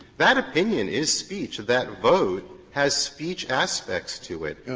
that opinion is speech. that vote has speech aspects to it.